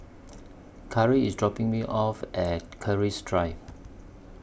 Karri IS dropping Me off At Keris Drive